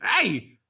Hey